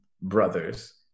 brothers